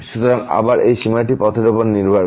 সুতরাং আবার এই সীমাটি পথের উপর নির্ভর করে